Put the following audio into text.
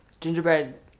Gingerbread